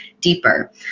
deeper